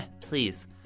Please